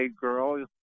girl